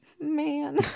man